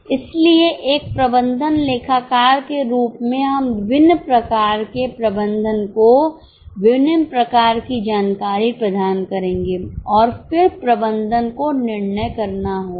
इसलिए एक प्रबंधन लेखाकार के रूप में हम विभिन्न प्रकार के प्रबंधन को विभिन्न प्रकार की जानकारी प्रदान करेंगे और फिर प्रबंधन को निर्णय करना होगा